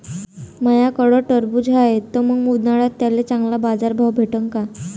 माह्याकडं टरबूज हाये त मंग उन्हाळ्यात त्याले चांगला बाजार भाव भेटन का?